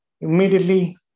immediately